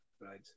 right